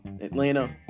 Atlanta